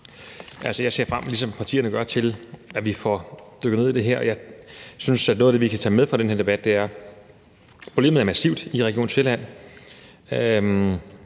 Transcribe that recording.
jeg ser, ligesom partierne gør det, frem til, at vi får dykket ned i det her, og jeg synes, at noget af det, vi kan tage med fra den her debat, er, at problemet er massivt i Region Sjælland.